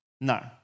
No